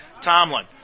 Tomlin